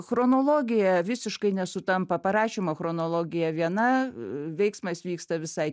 chronologija visiškai nesutampa parašymo chronologija viena veiksmas vyksta visai